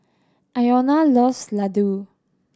Iona loves Ladoo